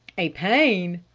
a pain?